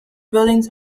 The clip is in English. buildings